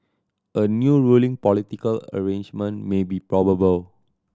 a new ruling political arrangement may be probable